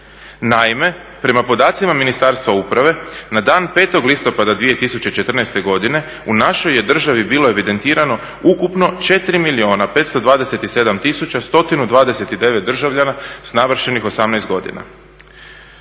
Naime, prema podacima Ministarstva uprave, na dan 05. listopada 2014. godine u našoj je državi bilo evidentirano ukupno 4 milijuna 527 tisuća 129 državljana s navršenih 18 godina.